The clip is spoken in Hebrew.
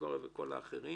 הסניגוריה וכל האחרים